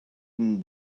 than